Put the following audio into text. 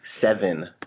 seven